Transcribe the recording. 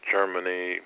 Germany